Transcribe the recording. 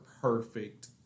perfect